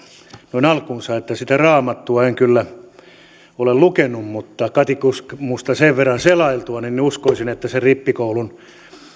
noin alkuunsa että sitä raamattua en kyllä ole lukenut mutta katekismusta sen verran selailtuani uskoisin että sen rippikoulun